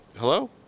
Hello